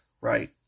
right